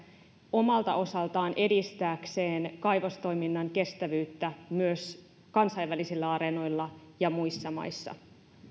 omalta osaltaan edistääkseen kaivostoiminnan kestävyyttä myös kansainvälisillä areenoilla ja muissa maissa